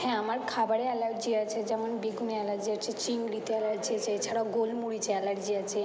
হ্যাঁ আমার খাবারে অ্যালার্জি আছে যেমন বেগুনে অ্যালার্জি আছে চিংড়িতে অ্যালার্জি আছে এছাড়াও গোলমরিচে অ্যালার্জি আছে